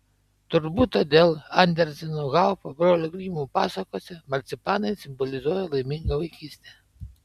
turbūt todėl anderseno haufo brolių grimų pasakose marcipanai simbolizuoja laimingą vaikystę